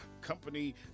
company